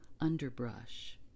underbrush